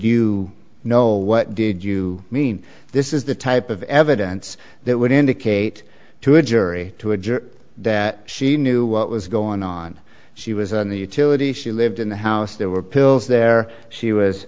you know what did you mean this is the type of evidence that would indicate to a jury to a jury that she knew what was going on she was a utility she lived in the house there were pills there she was